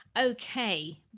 Okay